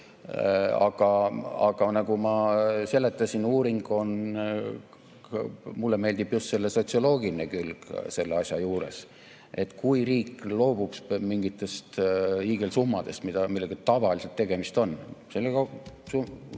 nagu ma seletasin, uuringuid on. Mulle meeldib just sotsioloogiline külg selle asja juures. Kui riik loobuks mingitest hiigelsummadest, millega tavaliselt tegemist on – selle asja